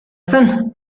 zen